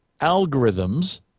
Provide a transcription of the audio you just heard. algorithms